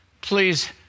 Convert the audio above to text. please